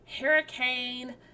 Hurricane